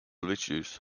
videos